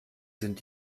sind